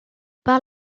par